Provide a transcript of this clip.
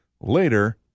Later